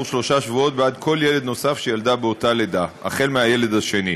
שלושה שבועות בעד כל ילד נוסף שילדה באותה לידה החל מהילד השני.